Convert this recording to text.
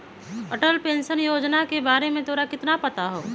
Atal pension योजना के बारे में तोरा कितना पता हाउ?